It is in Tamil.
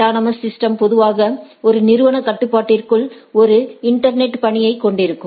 அட்டானமஸ் சிஸ்டம்ஸ் பொதுவாக ஒரு நிறுவன கட்டுப்பாட்டிற்குள் ஒரு இன்டர்நெட் பணியைக் கொண்டிருக்கும்